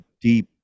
deep